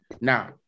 Now